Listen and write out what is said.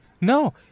No